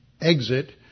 exit